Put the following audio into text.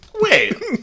Wait